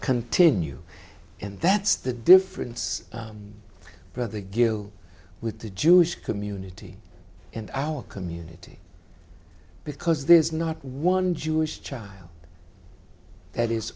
continue and that's the difference for the guild with the jewish community and our community because there is not one jewish child that is